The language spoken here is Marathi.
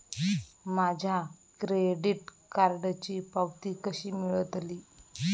माझ्या क्रेडीट कार्डची पावती कशी मिळतली?